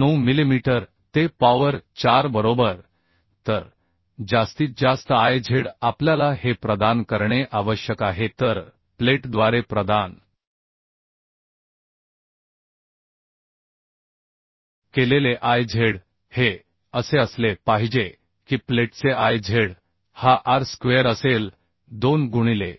9 millimetre ते power 4 बरोबर तर जास्तीत जास्त Iz आपल्याला हे प्रदान करणे आवश्यक आहे तर प्लेटद्वारे प्रदान केलेले Iz हे असे असले पाहिजे की प्लेटचे Iz हा R स्क्वेअर असेल 2 गुणिले